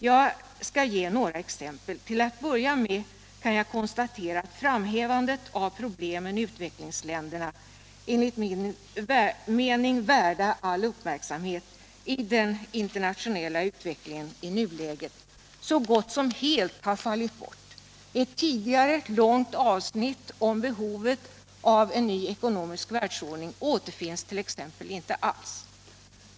Jag skall ge några exempel. Till att börja med kan jag konstatera att framhävandet av problemen i utvecklingsländerna, enligt min mening värda all uppmärksamhet, i den internationella utvecklingen och i nuläget så gott som helt har fallit bort. Ett tidigare långt avsnitt om behovet av en ny ekonomisk världsordning återfinns inte alls.